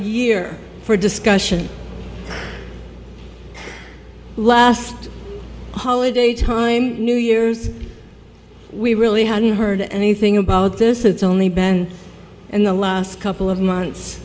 year for discussion last holiday time new year's we really hadn't heard anything about this it's only been in the last couple of months